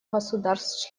государств